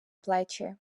плечі